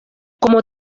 como